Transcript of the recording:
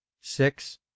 six